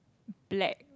black